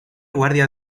guardia